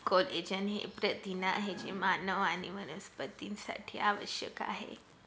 collagen हे प्रथिन आहे जे मानव आणि वनस्पतींसाठी आवश्यक आहे